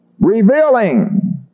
Revealing